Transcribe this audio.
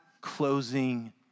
closing